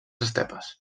estepes